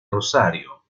rosario